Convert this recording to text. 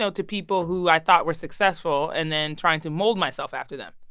so to people who i thought were successful and then trying to mold myself after them.